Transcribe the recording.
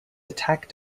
attack